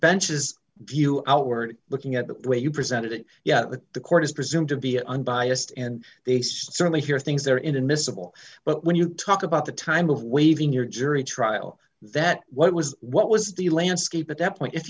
benches view outward looking at the way you presented it yet the court is presumed to be unbiased and they certainly hear things they're in admissible but when you talk about the time of waiving your jury trial that what was what was the landscape at that point if